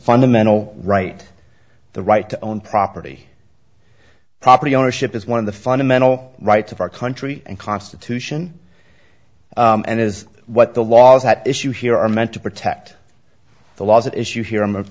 fundamental right the right to own property property ownership is one of the fundamental rights of our country and constitution and is what the laws at issue here are meant to protect the laws at issue here i